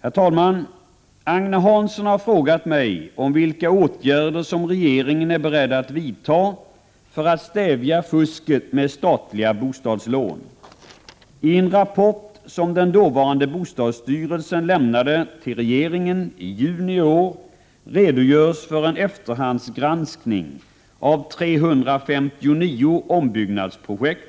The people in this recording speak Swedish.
Herr talman! Agne Hansson har frågat mig vilka åtgärder regeringen är beredd att vidta för att stävja fusket med statliga bostadslån. I en rapport som den dåvarande bostadsstyrelsen lämnade till regeringen i juni i år redogörs för en efterhandsgranskning av 359 ombyggnadsobjekt